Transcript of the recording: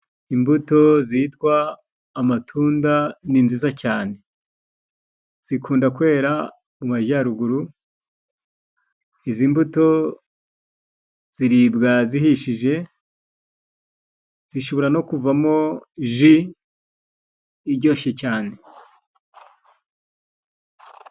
Imbuto zitwa amatunda ni nziza cyane. Zikunda kwera mu majyaruguru, izi mbuto ziribwa zihishije zishobora no kuvamo ji iryoshye cyane.